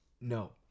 No